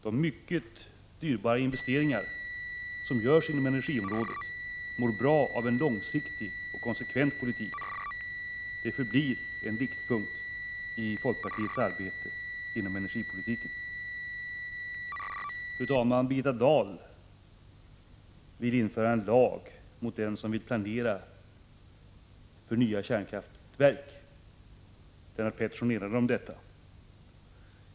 De mycket dyrbara investeringar som görs inom energiområdet mår bra av en långsiktig och konsekvent politik. Det förblir en riktpunkt i folkpartiets arbete inom energipolitiken. Fru talman! Birgitta Dahl vill införa en lag mot den som vill planera för nya kärnkraftverk. Lennart Pettersson erinrade om detta.